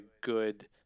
good